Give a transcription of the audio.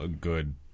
good